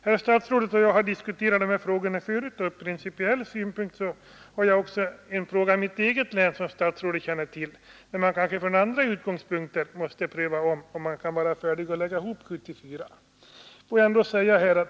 Herr statsrådet och jag har diskuterat de här frågorna förut. Jag har också en principiell fråga om mitt eget län, som statsrådet känner till, där man kanske från andra utgångspunkter måste pröva om huruvida man kan vara färdig att lägga ihop 1974.